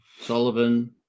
Sullivan